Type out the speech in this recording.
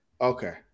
Okay